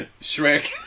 Shrek